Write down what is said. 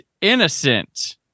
Innocent